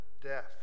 death